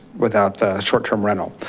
without the short-term rental.